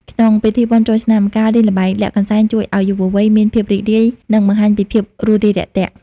ក្នុងពិធីបុណ្យចូលឆ្នាំ ការលេងល្បែង "លាក់កន្សែង" ជួយឱ្យយុវវ័យមានភាពរីករាយ និងបង្ហាញពីភាពរួសរាយរាក់ទាក់។